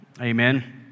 amen